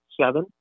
Seven